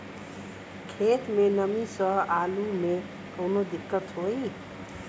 खेत मे नमी स आलू मे कऊनो दिक्कत होई?